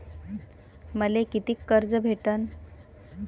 मले कितीक कर्ज भेटन?